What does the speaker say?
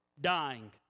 dying